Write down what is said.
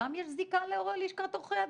יש גם זיקה ללשכת עורכי הדין?